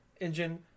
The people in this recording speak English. engine